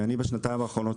בשנתיים האחרונות,